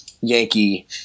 Yankee